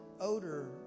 odor